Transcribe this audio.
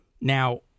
Now